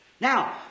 Now